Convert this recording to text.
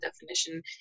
definition